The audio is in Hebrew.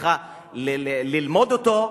שצריכה ללמוד אותו: